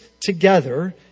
together